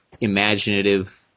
imaginative